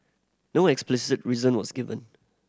no explicit reason was given